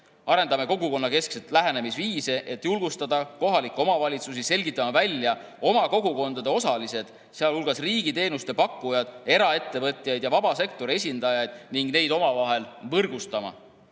Arendame kogukonnakeskset lähenemisviisi, et julgustada kohalikke omavalitsusi selgitama välja oma kogukondade osalised, sealhulgas riigiteenuste pakkujad, eraettevõtjaid ja vabasektori esindajaid, ning neid omavahel võrgustama.